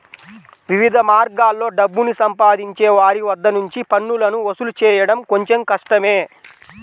వివిధ మార్గాల్లో డబ్బుని సంపాదించే వారి వద్ద నుంచి పన్నులను వసూలు చేయడం కొంచెం కష్టమే